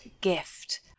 gift